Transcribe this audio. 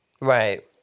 right